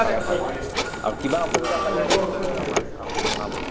হয় হয় আৰু কিবা অসুবিধা পালে নিশ্চয় আমাক আকৌ জনাব